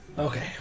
Okay